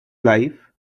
life